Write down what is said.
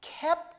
kept